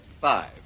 Five